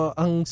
ang